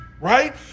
right